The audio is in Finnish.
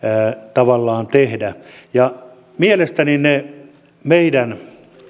tavallaan tehdä mielestäni ne meidän